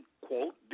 quote